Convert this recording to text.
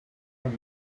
have